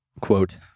quote